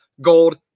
Gold